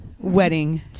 Wedding